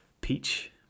Peach